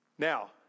Now